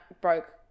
broke